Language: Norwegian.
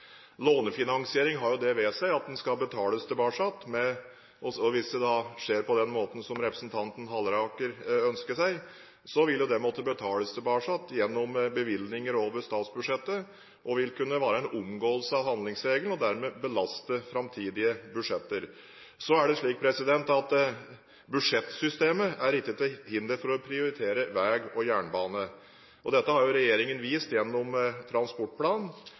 Lånefinansiering har jo det ved seg at det skal betales tilbake, og hvis det skjer på den måten som representanten Halleraker ønsker seg, vil det måtte betales tilbake gjennom bevilgninger over statsbudsjettet, og vil kunne være en omgåelse av handlingsregelen og dermed belaste framtidige budsjetter. Budsjettsystemet er ikke til hinder for å prioritere veg og jernbane. Dette har regjeringen vist gjennom